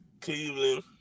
Cleveland